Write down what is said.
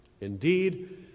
Indeed